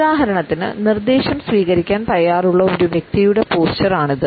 ഉദാഹരണത്തിന് നിർദ്ദേശം സ്വീകരിക്കാൻ തയ്യാറുള്ള ഒരു വ്യക്തിയുടെ പോസ്ചർ ആണിത്